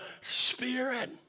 spirit